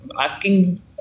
Asking